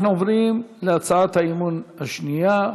אנחנו עוברים להצעת האמון השנייה: